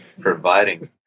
providing